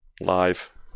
Live